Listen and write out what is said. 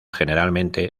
generalmente